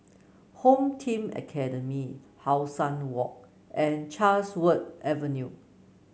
Home Team Academy How Sun Walk and Chatsworth Avenue